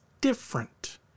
different